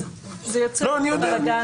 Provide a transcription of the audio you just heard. אז זה יוצר בלגן,